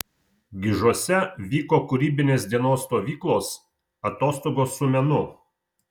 gižuose vyko kūrybinės dienos stovyklos atostogos su menu